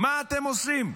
מה אתם עושים?